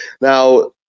Now